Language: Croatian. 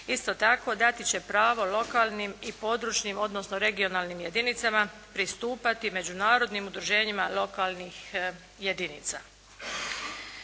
Isto tako, dati će pravo lokalnim i područnim, odnosno regionalnim jedinicama, pristupati međunarodnim udruženjima lokalnih jedinica.